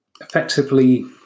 effectively